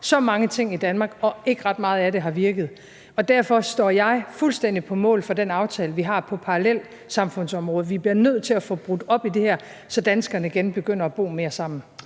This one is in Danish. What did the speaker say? så mange ting i Danmark, og ikke ret meget af det har virket. Derfor står jeg fuldstændig på mål for den aftale, vi har på parallelsamfundsområdet. Vi bliver nødt til at få det her brudt op, så danskerne igen begynder at bo mere sammen.